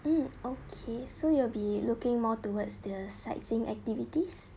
um okay so you be looking more towards the sightseeing activities